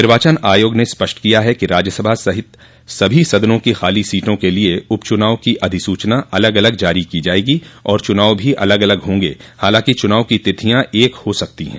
निर्वाचन आयोग ने स्पष्ट किया है कि राज्यसभा सहित सभी सदनों की खाली सीटों के लिए उप चुनाव की अधिसूचना अलग अलग जारी की जाएगी और चुनाव भी अलग अलग होंगे हालांकि चुनाव की तिथियां एक हो सकती हैं